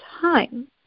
time